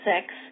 six